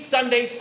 Sunday